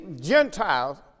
Gentiles